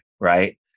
right